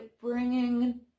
bringing